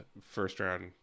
first-round